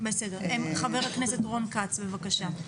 חבר הכנסת רון כץ, בבקשה.